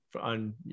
on